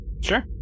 Sure